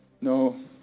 no